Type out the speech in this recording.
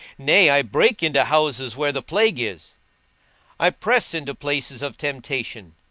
nay, i break into houses where the plague is i press into places of temptation,